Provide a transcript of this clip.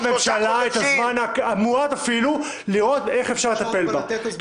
לתת לממשלה את הזמן המועט אפילו לראות איך אפשר לטפל בהצעת החוק הזאת,